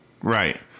Right